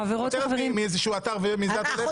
כותרת מאיזשהו אתר?